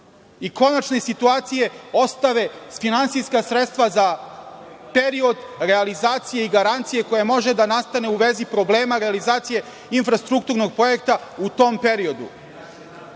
i konačne situacije ostave finansijska sredstva za period realizacije i da garancije koja može da nastane u vezi problema realizacije infrastrukturnog projekta u tom periodu.